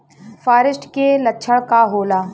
फारेस्ट के लक्षण का होला?